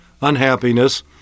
unhappiness